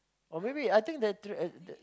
or maybe I think the